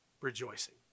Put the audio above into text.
Rejoicing